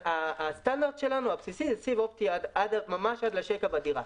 הסטנדרט הבסיסי שלנו הוא סיב אופטי ממש עד לשקע בדירה.